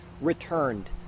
Returned